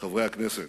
חברי הכנסת,